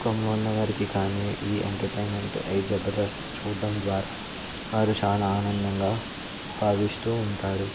దుఃఖంలో ఉన్న వారికి కానీ ఈ ఎంటర్టైన్మెంట్ ఈ జబర్దస్త్ చూడటం ద్వారా వారు చాలా ఆనందంగా భావిస్తూ ఉంటారు